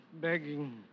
begging